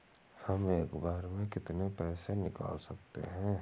हम एक बार में कितनी पैसे निकाल सकते हैं?